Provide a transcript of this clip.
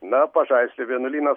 na pažaislio vienuolynas